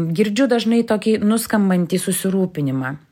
girdžiu dažnai tokį nuskambantį susirūpinimą